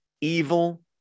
evil